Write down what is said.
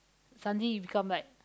suddenly you become like